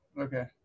okay